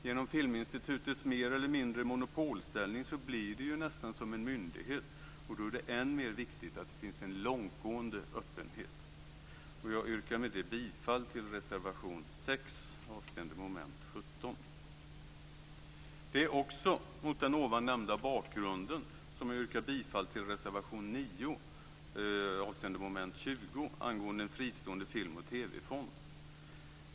Genom att Filminstitutet mer eller mindre har monopolställning blir det ju nästan som en myndighet, och då är det än mer viktigt att det finns en långtgående öppenhet. Jag yrkar med det bifall till reservation 6, avseende mom. 17. Det är också mot den ovan nämnda bakgrunden som jag yrkar bifall till reservation 9, avseende mom. 20, om en fristående film och TV-fond.